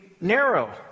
narrow